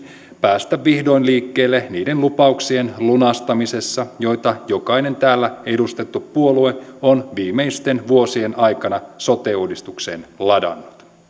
päästä vihdoin liikkeelle niiden lupauksien lunastamisessa joita jokainen täällä edustettu puolue on viimeisten vuosien aikana sote uudistukseen ladannut